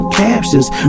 captions